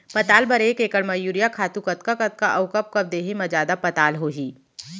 पताल बर एक एकड़ म यूरिया खातू कतका कतका अऊ कब कब देहे म जादा पताल होही?